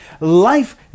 life